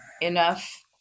enough